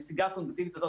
הנסיגה הקוגניטיבית הזאת,